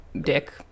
dick